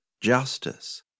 justice